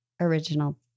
original